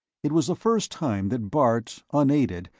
it was the first time that bart, unaided,